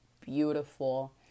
beautiful